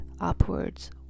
upwards